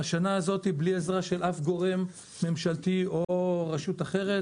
השנה הזאת בלי עזרה של אף גורם ממשלתי או רשות אחרת,